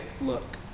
look